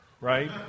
right